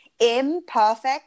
imperfect